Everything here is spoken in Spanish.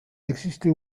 existe